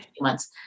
Months